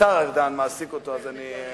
השר ארדן מעסיק אותו, אז אני,